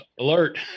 alert